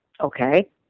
okay